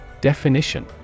Definition